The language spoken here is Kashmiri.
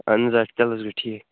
اَہَن حَظ آ تیٚلہِ حظ گوٚو ٹھیٖک